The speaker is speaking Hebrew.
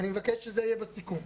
אני מבקש שזה יהיה בסיכום.